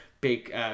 big